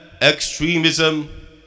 extremism